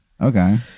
okay